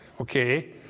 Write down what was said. okay